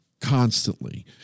constantly